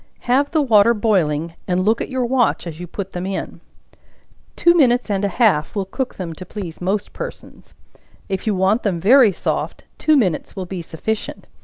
have the water boiling, and look at your watch as you put them in two minutes and a half will cook them to please most persons if you want them very soft, two minutes will be sufficient,